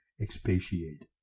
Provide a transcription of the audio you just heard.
expatiate